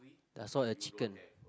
I saw a chicken